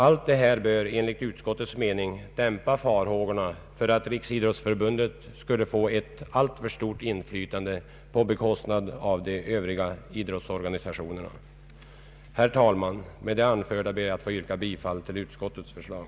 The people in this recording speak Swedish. Allt detta bör, enligt utskottets mening, dämpa farhågorna för att Riksidrottsförbundet skulle få ett alltför stort inflytande på bekostnad av de övriga idrottsorganisationerna. Herr talman! Med det anförda ber jag att få yrka bifall till utskottets förslag.